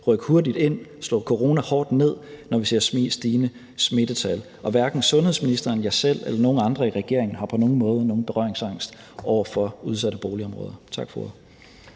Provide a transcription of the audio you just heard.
rykke hurtigt ind og slå corona hårdt ned, når vi ser stigende smittetal. Og hverken sundhedsministeren, jeg selv eller nogen andre i regeringen har på nogen måde nogen berøringsangst over for udsatte boligområder. Tak for